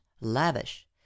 lavish